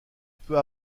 peu